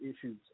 issues